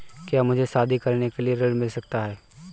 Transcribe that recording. क्या मुझे शादी करने के लिए ऋण मिल सकता है?